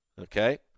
Okay